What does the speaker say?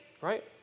right